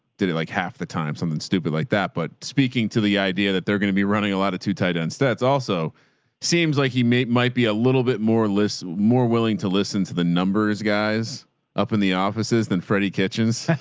did it like half the time, something stupid like that. but speaking to the idea that they're going to be running a lot of two titans, that's also seems like he may, might be a little bit more, less, more willing to listen to the numbers guys up in the offices. then freddie kitchens,